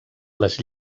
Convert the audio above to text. les